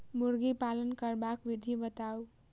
मुर्गी पालन करबाक विधि बताऊ?